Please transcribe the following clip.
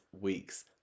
week's